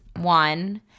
one